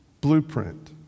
blueprint